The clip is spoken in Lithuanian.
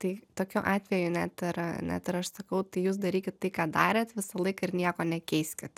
tai tokiu atveju net yra net ir aš sakau tai jūs darykit tai ką darėt visą laiką ir nieko nekeiskit